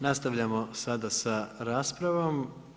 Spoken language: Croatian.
Nastavljamo sada sa raspravom.